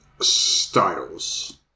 styles